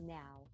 now